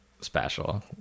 special